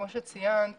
כמו שציינת